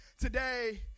today